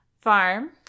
Farm